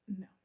No